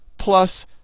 plus